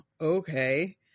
okay